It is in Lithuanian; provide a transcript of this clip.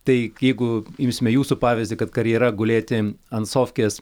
tai jeigu imsime jūsų pavyzdį kad karjera gulėti ant sofkės